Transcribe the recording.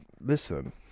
Listen